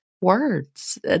words